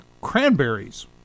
Cranberries